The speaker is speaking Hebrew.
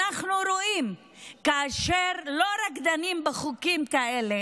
אנחנו רואים שכאשר לא רק דנים בחוקים כאלה